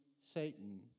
Satan